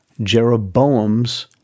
Jeroboam's